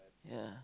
yeah